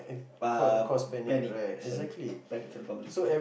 ah panic sorry panic to the public